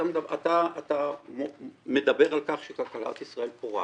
אתה מדבר על כך שכלכלת ישראל פורחת.